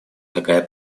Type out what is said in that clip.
такая